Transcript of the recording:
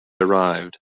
arrived